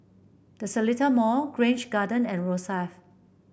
The Seletar Mall Grange Garden and Rosyth